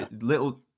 Little